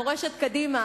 מורשת קדימה,